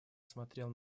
смотрел